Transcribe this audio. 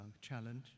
challenge